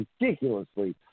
ridiculously